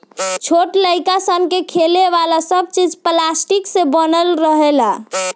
छोट लाइक सन के खेले वाला सब चीज़ पलास्टिक से बनल रहेला